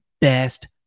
best